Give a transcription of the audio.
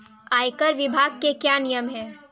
आयकर विभाग के क्या नियम हैं?